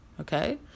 Okay